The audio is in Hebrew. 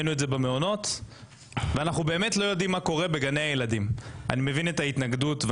אני מבין את ההתנגדות,